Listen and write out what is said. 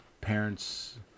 parents